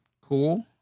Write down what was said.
cool